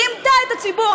רימתה את הציבור.